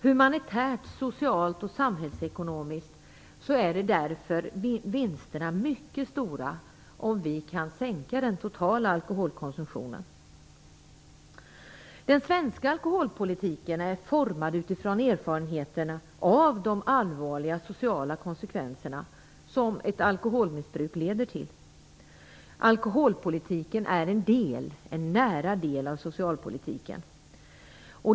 Humanitärt, socialt och samhällsekonomiskt är vinsterna därför mycket stora om vi kan sänka den totala alkoholkonsumtionen. Den svenska alkoholpolitiken är formad utifrån erfarenheterna av de allvarliga sociala konsekvenserna som ett alkoholmissbruk leder till. Alkoholpolitiken är en del av socialpolitiken.